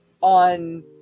on